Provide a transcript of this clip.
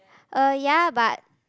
uh ya but